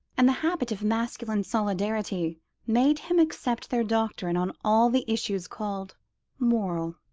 and the habit of masculine solidarity made him accept their doctrine on all the issues called moral.